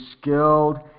skilled